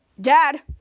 Dad